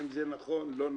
האם זה נכון, לא נכון?